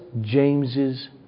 James's